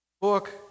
book